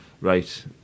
Right